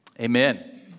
amen